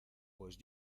pues